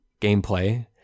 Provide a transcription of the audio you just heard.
gameplay